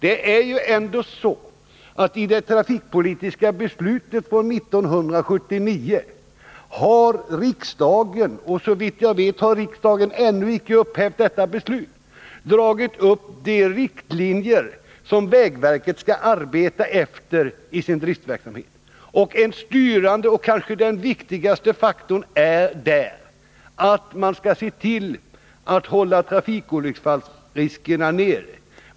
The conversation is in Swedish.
Det är ju ändå så att i det trafikpolitiska beslutet år 1979 har riksdagen — såvitt jag vet har riksdagen ännu icke upphävt detta beslut — dragit upp riktlinjer som vägverket skall arbeta efter i sin driftverksamhet. En styrande faktor — och kanske den viktigaste — är att man skall se till att hålla trafikolycksfallsriskerna nere.